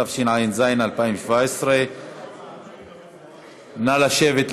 התשע"ז 2017. נא לשבת להצביע.